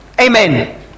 Amen